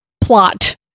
plot